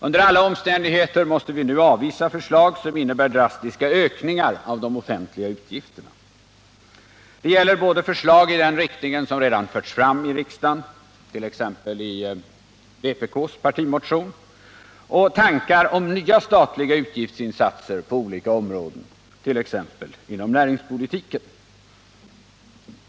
Under alla omständigheter måste vi nu avvisa förslag som innebär drastiska ökningar av de offentliga utgifterna. Det gäller både förslag i den riktningen som redan framförts i riksdagen, t.ex. i vpk:s partimotion, och tankar om nya statliga utgiftsinsatser på olika områden, t.ex. inom näringspolitiken.